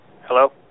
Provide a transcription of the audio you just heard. Hello